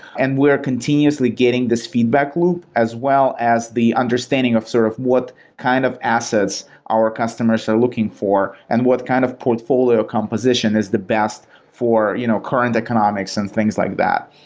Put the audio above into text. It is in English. and we are continuously getting this feedback loop as well as the understanding of sort of what kind of assets our customers are looking for and what kind of portfolio composition is the best for you know current economics and things like that.